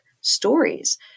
stories